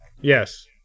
Yes